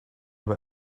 know